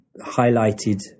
highlighted